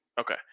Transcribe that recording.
Okay